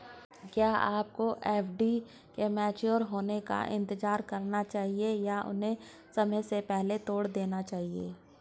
क्या आपको एफ.डी के मैच्योर होने का इंतज़ार करना चाहिए या उन्हें समय से पहले तोड़ देना चाहिए?